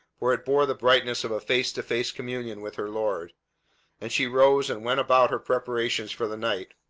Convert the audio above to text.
for it bore the brightness of a face-to-face communion with her lord and she rose and went about her preparations for the night.